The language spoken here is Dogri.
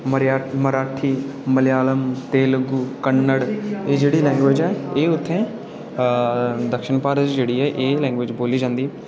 मराठी मलयालम तेलुगु तनिल कन्नड़ एह् जेह्ड़ी लैंग्वेज़ हैन एह् उत्थै दक्षिण भारत जेह्ड़ी ऐ एह् लैंग्वेज़ बोल्ली जंदी